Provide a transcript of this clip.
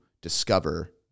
discover